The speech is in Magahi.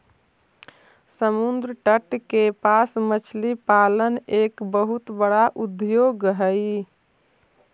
समुद्री तट के पास मछली पालन एक बहुत बड़ा उद्योग हइ